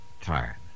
Tired